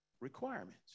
requirements